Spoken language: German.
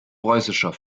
preußischer